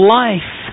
life